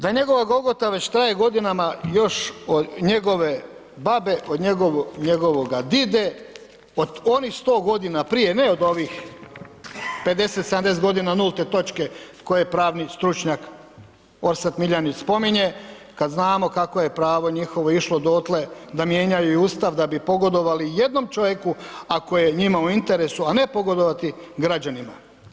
Da njegova Golgota već traje godinama još od njegove babe, od njegovoga dide, od onih 100 godina prije, ne od ovih 50, 70 godina nulte točke koje pravni stručnjak Orsat Miljenić spominje kad znamo kako je pravo njihovo išlo dotle da mijenjaju i Ustav kako bi pogodovali jednom čovjeku ako je njima u interesu a ne pogodovati građanima.